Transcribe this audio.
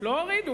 לא הורידו.